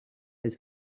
his